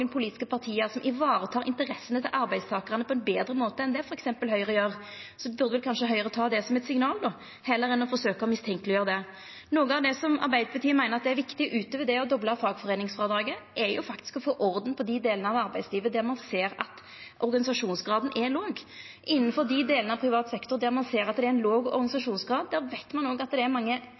politiske parti som varetek interessene til arbeidstakarane på ein betre måte enn f.eks. Høgre gjer, burde kanskje Høgre ta det som eit signal heller enn å forsøkja å mistenkeleggjera det. Noko av det Arbeidarpartiet meiner er viktig utover det å dobla fagforeiningsfrådraget, er faktisk å få orden på dei delane av arbeidslivet der ein ser at organisasjonsgraden er låg. Innanfor dei delane av privat sektor der ein ser at det er låg organisasjonsgrad, veit ein òg at det er mange